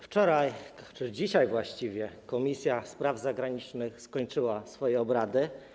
Wczoraj, dzisiaj właściwie, Komisja Spraw Zagranicznych skończyła swoje obrady.